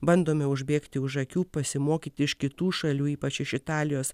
bandome užbėgti už akių pasimokyti iš kitų šalių ypač iš italijos